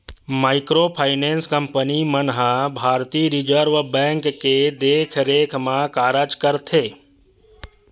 micro finance company मन ह भारतीय रिजर्व बेंक के देखरेख म कारज करथे